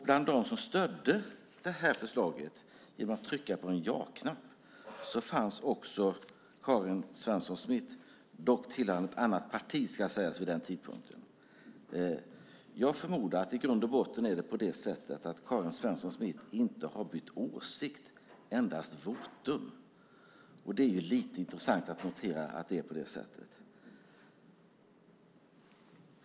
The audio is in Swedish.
Bland dem som stödde detta förslag genom att trycka på ja-knappen fanns Karin Svensson Smith - dock tillhörande ett annat parti vid den tidpunkten. Jag förmodar att det i grund och botten är på det sättet att Karin Svensson Smith inte har bytt åsikt, endast votum. Det är lite intressant att notera att det är på det sättet.